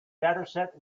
dataset